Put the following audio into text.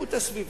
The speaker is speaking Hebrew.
לאיכות הסביבה.